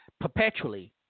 perpetually